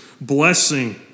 blessing